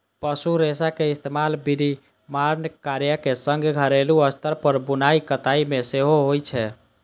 पशु रेशाक इस्तेमाल विनिर्माण कार्यक संग घरेलू स्तर पर बुनाइ कताइ मे सेहो होइ छै